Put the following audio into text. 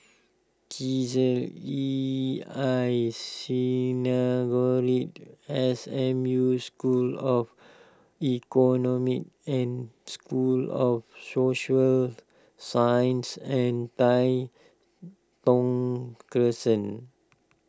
Chesed E I Synagogue S M U School of Economy and School of Social Sciences and Tai Thong Crescent